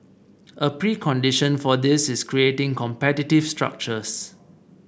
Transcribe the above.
a precondition for this is creating competitive structures